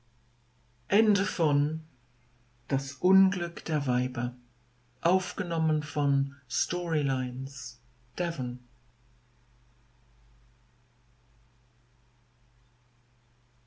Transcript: das unglück der